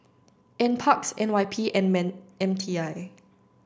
NPARKS N Y P and M T I